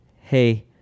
hey